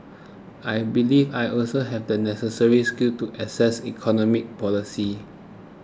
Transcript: I believe I also have the necessary skills to assess economy policies